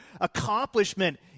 accomplishment